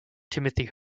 timothy